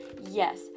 yes